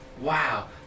wow